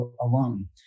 alone